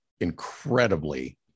incredibly